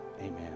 Amen